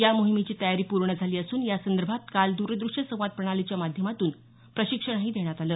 या मोहिमेची तयारी पूर्ण झाली असून यासंदर्भात काल द्रद्रश्य संवाद प्रणालीच्या माध्यमातून प्रशिक्षणही देण्यात आलं